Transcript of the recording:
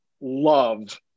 love